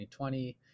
2020